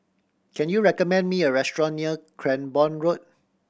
can you recommend me a restaurant near Cranborne Road